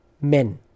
men